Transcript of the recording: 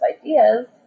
ideas